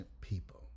people